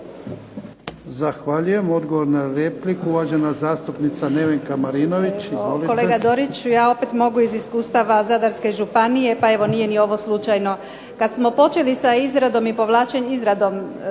Zahvaljujem. Odgovor na repliku, uvažena zastupnica Nevenka Marinović.